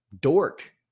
dork